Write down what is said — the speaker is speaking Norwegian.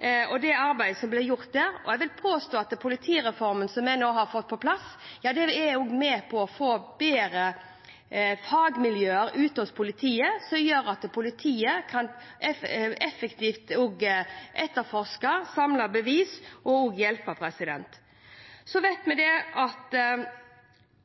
og med det arbeidet som blir gjort der. Jeg vil påstå at politireformen – som vi nå har fått på plass – er med på å få bedre fagmiljøer ute hos politiet, som gjør at politiet kan etterforske effektivt, samle bevis og også hjelpe. Så vet vi at